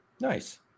Nice